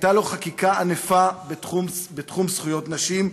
הייתה לו חקיקה ענפה בתחום זכויות נשים,